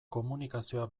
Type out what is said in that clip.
komunikazioa